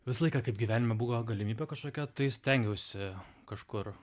visą laiką kaip gyvenime buvo galimybė kažkokia tai stengiausi kažkur